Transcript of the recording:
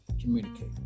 communicate